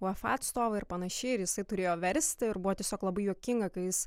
uefa atstovai ir panašiai ir jisai turėjo versti ir buvo tiesiog labai juokinga kai jis